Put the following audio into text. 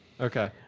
Okay